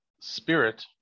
spirit